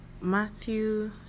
Matthew